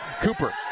Cooper